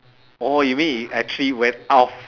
orh you mean it actually went off